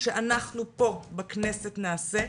שאנחנו פה בכנסת נעשה,